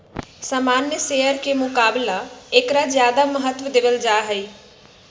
सामान्य शेयर के मुकाबला ऐकरा ज्यादा महत्व देवल जाहई